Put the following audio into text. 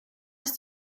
ist